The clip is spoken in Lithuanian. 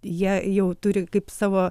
jie jau turi kaip savo